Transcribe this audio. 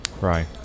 Right